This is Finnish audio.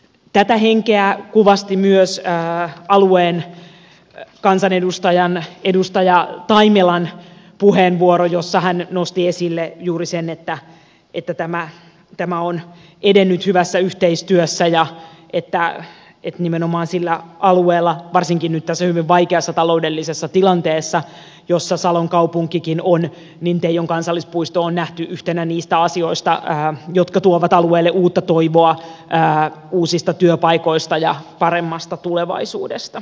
tätä henkeä kuvasti myös alueen kansanedustajan edustaja taimelan puheenvuoro jossa hän nosti esille juuri sen että tämä on edennyt hyvässä yhteistyössä ja että nimenomaan sillä alueella varsinkin nyt tässä hyvin vaikeassa taloudellisessa tilanteessa jossa salon kaupunkikin on teijon kansallispuisto on nähty yhtenä niistä asioista jotka tuovat alueelle uutta toivoa uusista työpaikoista ja paremmasta tulevaisuudesta